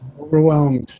overwhelmed